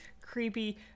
creepy